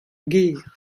gêr